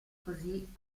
così